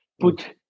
put